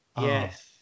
Yes